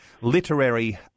literary